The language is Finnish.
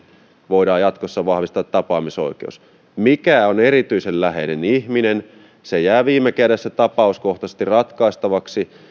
voidaan jatkossa vahvistaa tapaamisoikeus se mikä on erityisen läheinen ihminen jää viime kädessä tapauskohtaisesti ratkaistavaksi